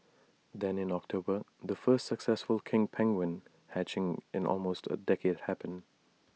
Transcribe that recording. then in October the first successful king penguin hatching in almost A decade happened